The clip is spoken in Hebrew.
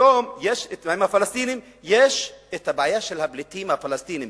היום עם הפלסטינים יש את הבעיה של הפליטים הפלסטינים